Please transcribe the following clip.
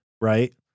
right